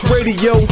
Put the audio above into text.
Radio